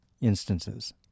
instances